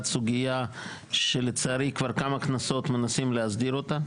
סוגיה שלצערי כבר כמה כנסות מנסים להסדיר אותה.